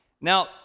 Now